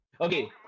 Okay